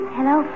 Hello